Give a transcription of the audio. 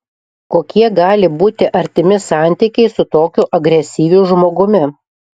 kokie gali būti artimi santykiai su tokiu agresyviu žmogumi